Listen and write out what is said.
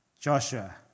Joshua